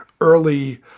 early